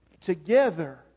together